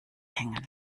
hängen